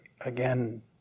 again